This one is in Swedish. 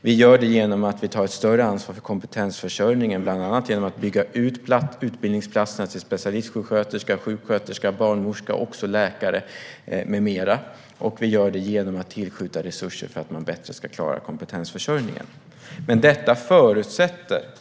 Vi gör det genom att vi tar ett större ansvar för kompetensförsörjningen, bland annat genom att bygga ut utbildningsplatserna när det gäller specialistsjuksköterskor, sjuksköterskor, barnmorskor, läkare med mera. Vi gör det också genom att tillskjuta resurser för att man bättre ska klara kompetensförsörjningen.